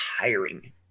tiring